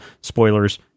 spoilers